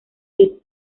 sid